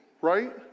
right